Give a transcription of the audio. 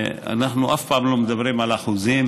ואנחנו אף פעם לא מדברים על אחוזים,